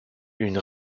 une